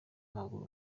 w’amaguru